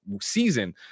season